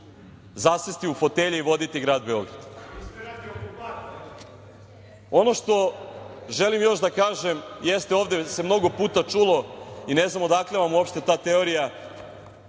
zasesti u fotelje i voditi grad Beograd. Ono što želim još da kažem jeste, ovde se mnogo puta čulo i ne znam odakle vam uopšte ta teorija,